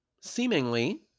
seemingly